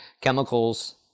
chemicals